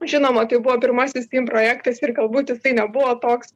žinoma tai buvo pirmasis stim projektas ir galbūt jisai nebuvo toks